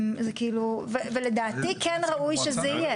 לדעתי ראוי שזה יהיה.